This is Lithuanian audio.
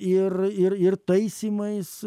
ir ir ir taisymais